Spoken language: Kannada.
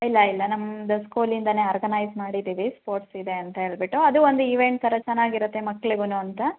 ಇಲ್ಲ ಇಲ್ಲ ನಮ್ದು ಸ್ಕೂಲಿಂದಲೇ ಆರ್ಗನೈಸ್ ಮಾಡಿದ್ದೀವಿ ಸ್ಪೋಟ್ಸ್ ಇದೆ ಅಂತ ಹೇಳಿಬಿಟ್ಟು ಅದು ಒಂದು ಇವೆಂಟ್ ಥರ ಚೆನ್ನಾಗಿರುತ್ತೆ ಮಕ್ಳಿಗೂನು ಅಂತ